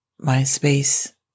MySpace